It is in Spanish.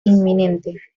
inminente